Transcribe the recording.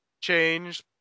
change